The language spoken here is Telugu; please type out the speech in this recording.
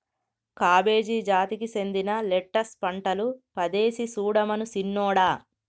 కాబేజి జాతికి సెందిన లెట్టస్ పంటలు పదేసి సుడమను సిన్నోడా